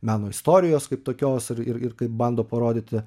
meno istorijos kaip tokios ir ir kaip bando parodyti